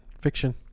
Fiction